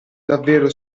davvero